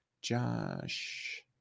Josh